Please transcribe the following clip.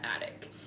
attic